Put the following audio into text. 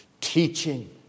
teaching